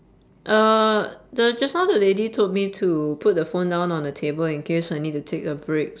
uh the just now the lady told me to put the phone down on the table in case I need to take a break